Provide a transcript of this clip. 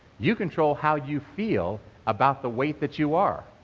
you control how you feel about the weight that you are,